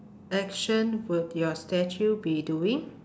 action would your statue be doing